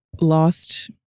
lost